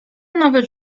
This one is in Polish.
nawet